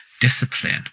discipline